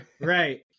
right